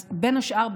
אז בין השאר,